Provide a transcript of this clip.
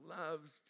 loves